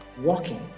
walking